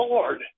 Lord